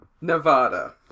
Nevada